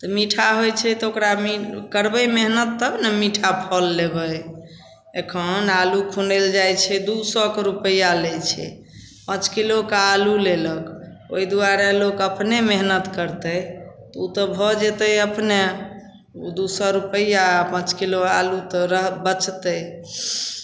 तऽ मीठा होइ छै तऽ ओकरा मि करबै मेहनति तब ने मीठा फल लेबै एखन आलू खुनैलए जाइ छै दुइ सओके रुपैआ लै छै पाँच किलोके आलू लेलक ओहि दुआरे लोक अपने मेहनति करतै ओ तऽ भऽ जेतै अपने दइ सओ रुपैआ पाँच किलो आलू तऽ र बचतै